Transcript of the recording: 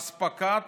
אספקת